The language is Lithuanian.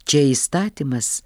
čia įstatymas